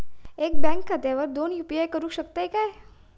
एका बँक खात्यावर दोन यू.पी.आय करुक शकतय काय?